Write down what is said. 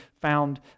found